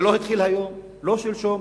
זה לא התחיל היום ולא שלשום,